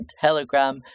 Telegram